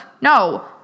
no